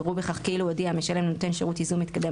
יראו בכך כאילו הודיע המשלם לנותן שירות ייזום מתקדם